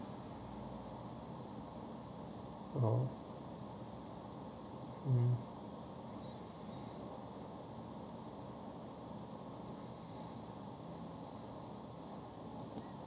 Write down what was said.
oh uh